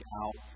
out